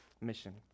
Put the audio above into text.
mission